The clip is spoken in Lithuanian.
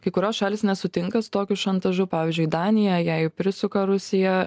kai kurios šalys nesutinka su tokiu šantažu pavyzdžiui danija jai prisuka rusija